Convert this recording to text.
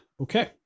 okay